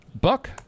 Buck